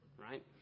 right